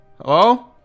Hello